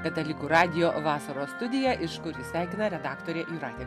katalikų radijo vasaros studija iš kuri sveikina redaktorė jūratė